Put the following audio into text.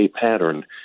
pattern